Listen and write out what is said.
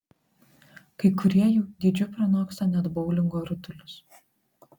kai kurie jų dydžiu pranoksta net boulingo rutulius